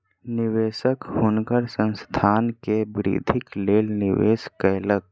निवेशक हुनकर संस्थान के वृद्धिक लेल निवेश कयलक